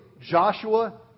Joshua